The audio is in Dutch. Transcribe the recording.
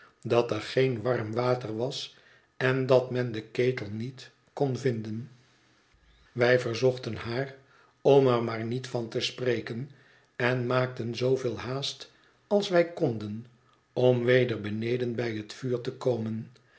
dat er geen warm water was en dat men den ketel niet kon vinden wij verzochten haar om er maar niet van te spreken en maakten zooveel haast als wij konden om weder beneden bij het vuur te komen